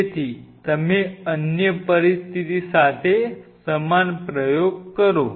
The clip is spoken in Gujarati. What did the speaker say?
તેથી તમે અન્ય પરિસ્થિતિ સાથે સમાન પ્રયોગ કરો